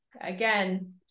again